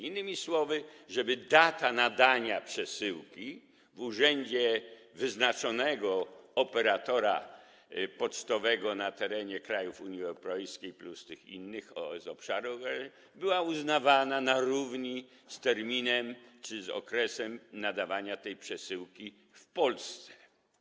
Innymi słowy, chodzi o to, żeby data nadania przesyłki w urzędzie wyznaczonego operatora pocztowego na terenie kraju Unii Europejskiej plus tych innych krajów była uznawana na równi z terminem czy z datą nadania tej przesyłki w Polsce.